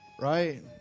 right